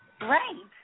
right